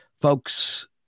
folks